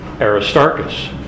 Aristarchus